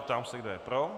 Ptám se, kdo je pro.